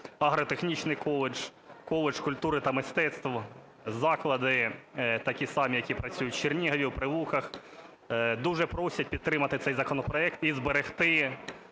агротехнічний коледж, коледж культури та мистецтв, заклади такі самі, які працюють в Чернігові, в Прилуках, дуже просять підтримати цей законопроект і зберегти